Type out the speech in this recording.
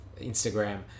Instagram